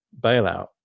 bailout